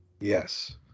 Yes